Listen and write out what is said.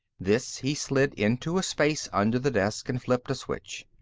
this he slid into a space under the desk and flipped a switch.